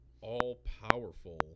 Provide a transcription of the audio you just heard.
all-powerful